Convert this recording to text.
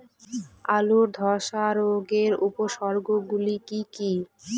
আলুর ধ্বসা রোগের উপসর্গগুলি কি কি?